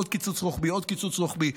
עוד קיצוץ רוחבי, עוד קיצוץ רוחבי.